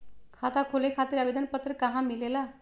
खाता खोले खातीर आवेदन पत्र कहा मिलेला?